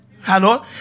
Hello